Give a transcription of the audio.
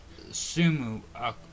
Sumu